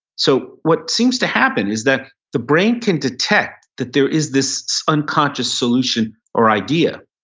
so what seems to happen is that the brain can detect that there is this unconscious solution or idea,